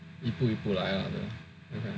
一步一步来啊